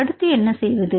அடுத்து என்ன செய்வது